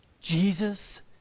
jesus